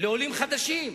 לעולים חדשים,